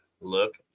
look